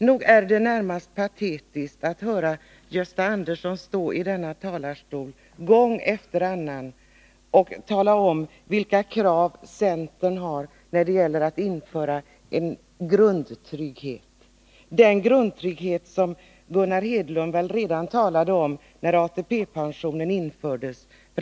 Nog är det närmast patetiskt att höra Gösta Andersson från denna talarstol gång efter annan tala om, vilka krav centern har när det gäller att införa en grundtrygghet som väl redan Gunnar Hedlund talade om när ATP infördes.